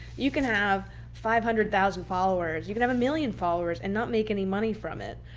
you can have five hundred thousand followers. you can have a million followers and not make any money from it.